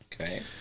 Okay